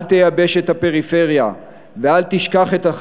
אל תייבש את הפריפריה,